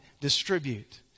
distribute